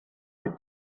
tre